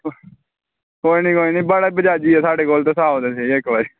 कोई निं कोई निं बड़ा बजाजी ऐ साढ़े कोल तुस आओ ते स्हेई